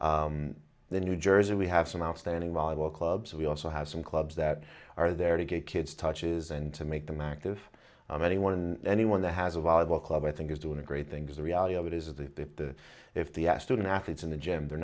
ability the new jersey we have some outstanding volleyball clubs we also have some clubs that are there to get kids touches and to make them active on anyone and anyone that has a volleyball club i think is doing great things the reality of it is that the if the student athletes in the gym they're